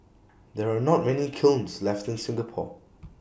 there are not many kilns left in Singapore